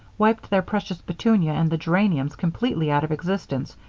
wiped their precious petunia and the geraniums completely out of existence,